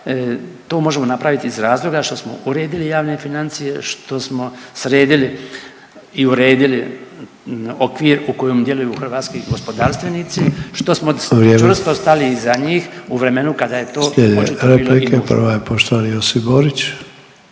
To možemo napraviti iz razloga što smo uredili javne financije, što smo sredili i uredili okvir u kojem djeluju hrvatski gospodarstvenici…/Upadica: Vrijeme/… što smo čvrsto stali iza njih u vremenu kada je to očito bilo …/Govornik se ne